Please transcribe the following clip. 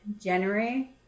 January